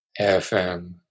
FM